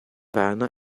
rana